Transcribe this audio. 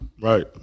Right